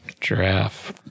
Giraffe